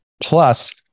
Plus